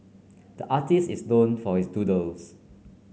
the artist is known for his doodles